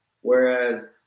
whereas